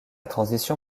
transition